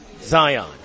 Zion